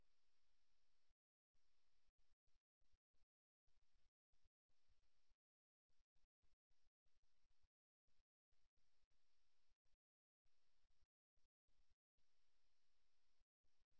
இந்த நபர் இடுப்பிலிருந்து மேலே ஈடுபடுவதைப் போல் தோன்றலாம் ஆனால் உண்மையில் அவர் தனது கால்களின் திசையில் செல்வதை விரும்புகிறார் கதவுக்கு வெளியே அவரது கால்கள் ஒரு நெட்வொர்க்கிங் நிகழ்வில் இந்த நபர்களைப் பார்ப்போம் இது வேறு எங்காவது இருக்கும் என்று நீங்கள் நினைக்கிறீர்களா